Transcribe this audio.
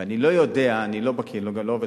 ואני לא יודע, אני לא בקי, אני